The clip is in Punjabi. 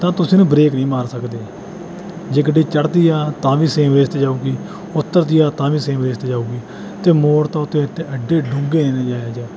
ਤਾਂ ਤੁਸੀਂ ਉਹਨੂੰ ਬ੍ਰੇਕ ਨਹੀਂ ਮਾਰ ਸਕਦੇ ਜੇ ਗੱਡੀ ਚੜ੍ਹਦੀ ਆ ਤਾਂ ਵੀ ਸੇਮ ਰੇਸ 'ਤੇ ਜਾਊਗੀ ਉੱਤਰਦੀ ਆ ਤਾਂ ਵੀ ਸੇਮ ਰੇਸ 'ਤੇ ਜਾਊਗੀ ਅਤੇ ਮੋੜ ਤਾਂ ਉੱਥੇ ਇੱਥੇ ਐਡੇ ਡੂੰਘੇ ਨੇ ਇਹੋ ਜਿਹੇ